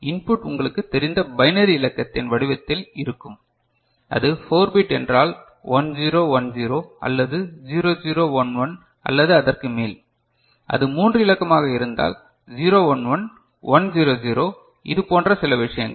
input உங்களுக்குத் தெரிந்த binary இலக்கத்தின் வடிவத்தில் இருக்கும் அது 4 பிட் என்றால் 1 0 1 0 அல்லது 0 0 1 1 அல்லது அதற்கு மேல் அது 3 இலக்கமாக இருந்தால் 0 1 1 1 0 0 இதுபோன்ற சில விஷயங்கள்